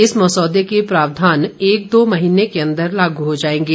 इस मसौदे के प्रावधान एक दो महीने के अंदर लागू हो जाएंगे